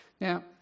Now